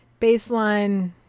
baseline